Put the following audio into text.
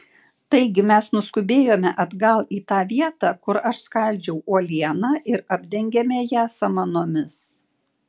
taigi mes nuskubėjome atgal į tą vietą kur aš skaldžiau uolieną ir apdengėme ją samanomis